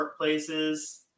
workplaces